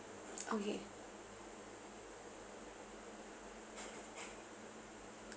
okay